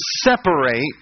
separate